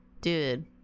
dude